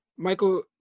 Michael